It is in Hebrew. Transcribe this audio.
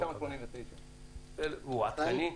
1989. הוא עדכני מבחינתכם?